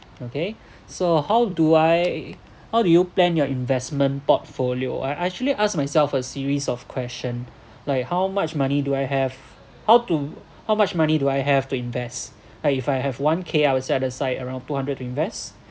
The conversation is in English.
okay so how do I how do you plan your investment portfolio I actually ask myself a series of question like how much money do I have how to how much money do I have to invest I if I have one K I will set aside around two hundred to invest